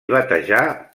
batejar